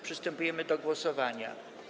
Przystępujemy do głosowania.